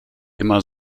immer